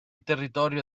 territorio